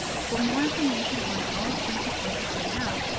for more information on how a printed book is laid out,